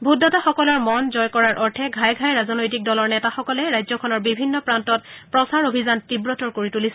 ভোটাৰসকলৰ মন জয় কৰাৰ অৰ্থে ঘাই ঘাই ৰাজনৈতিক দলৰ নেতাসকলে ৰাজ্যখনৰ বিভিন্ন প্ৰান্তত প্ৰচাৰ অভিযান তীৱতৰ কৰি তুলিছে